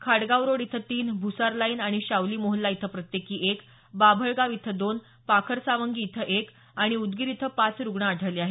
Khadgaon road इथं तीन Bhusar line आणि शावली मोहल्ला इथं प्रत्येकी एक बाभळगाव इथं दोन पाखरसावंगी इथं एक आणि उदगीर इथं पाच रुग्ण आढळले आहेत